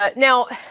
but now,